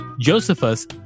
josephus